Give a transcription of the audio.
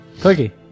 cookie